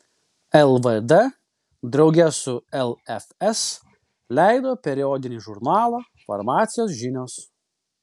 lvd drauge su lfs leido periodinį žurnalą farmacijos žinios